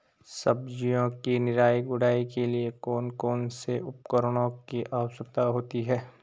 सब्जियों की निराई गुड़ाई के लिए कौन कौन से उपकरणों की आवश्यकता होती है?